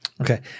Okay